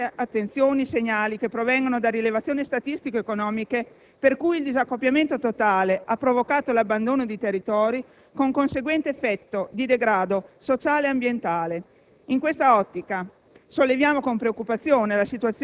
Devono infatti essere guardati con altrettanta attenzione i segnali che provengono da rilevazioni statistiche ed economiche per cui il disaccoppiamento totale ha provocato l'abbandono di territori, con conseguente effetto di degrado sociale e ambientale. In quest'ottica